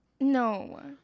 No